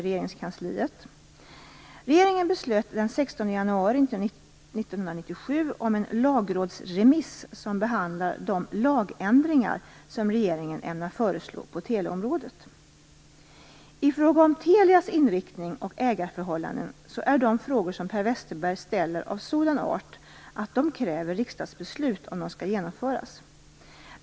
Regeringen beslöt den 16 januari 1997 om en lagrådsremiss som behandlar de lagändringar som regeringen ämnar föreslå på teleområdet. I fråga om Telias inriktning och ägarförhållanden är de frågor som Per Westerberg ställer av sådan art att de kräver riksdagsbeslut om de skall genomföras.